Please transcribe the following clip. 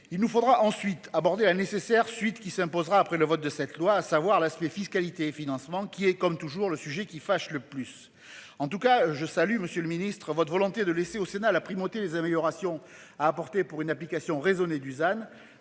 Il nous faudra ensuite aborder la nécessaire suite qui s'imposera après le vote de cette loi, à savoir l'aspect fiscalité et financement qui est comme toujours le sujet qui fâche le plus en tout cas je salue Monsieur le Ministre votre volonté de laisser au Sénat la primauté des améliorations à apporter pour une application raisonnée Dusan